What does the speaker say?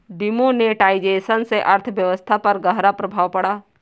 demonetisation से अर्थव्यवस्था पर ग़हरा प्रभाव पड़ा